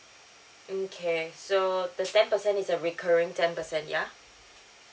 okay so the ten percent is a recurring ten percent ya